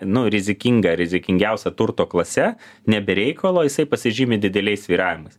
nu rizikinga rizikingiausia turto klase ne be reikalo jisai pasižymi dideliais svyravimais